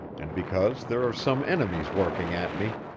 and because there are some enemies working at me,